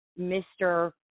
Mr